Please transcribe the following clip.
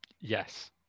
Yes